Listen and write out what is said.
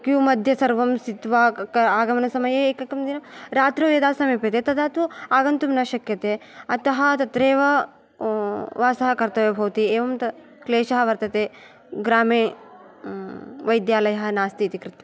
Q मध्ये सर्वं स्थित्वा आगमनसमये एकस्मिन् दिने रात्रौ यदा समीप्यते तदा तु आगन्तुं न शक्यते अत तत्रैव वास कर्तव्य भवति एवं त क्लेशः वर्तते ग्रामे वैद्यालय नास्ति इति कृत्वा